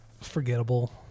forgettable